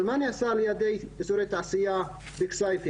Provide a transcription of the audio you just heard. אבל מה נעשה באזורי תעשייה בכסייפה,